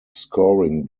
scoring